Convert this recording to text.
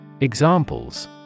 Examples